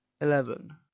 Eleven